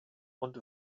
und